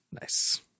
Nice